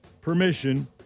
permission